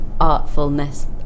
artfulness